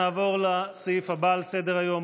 נעבור לסעיף הבא על סדר-היום,